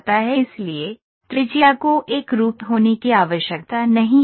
इसलिए त्रिज्या को एकरूप होने की आवश्यकता नहीं है